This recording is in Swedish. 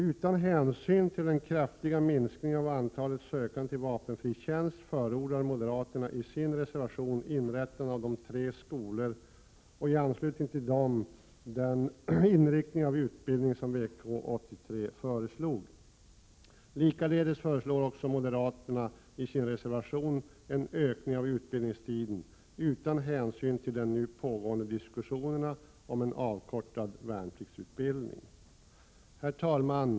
Utan hänsyn till den kraftiga minskningen av antalet sökande till vapenfri tjänst förordar moderaterna i sin reservation inrättande av tre skolor och i anslutning till dessa den inriktning av utbildningen som VK 83 föreslog. Moderaterna föreslår också i sin reservation en ökning av utbildningstiden utan hänsyn till nu pågående diskussioner om en avkortad värnpliktsutbildning. Herr talman!